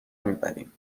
میبریم